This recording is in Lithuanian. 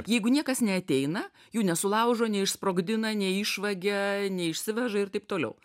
jeigu niekas neateina jų nesulaužo neišsprogdina neišvogia neišsiveža ir taip toliau